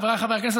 חבריי חברי הכנסת,